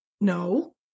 no